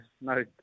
no